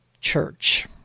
Church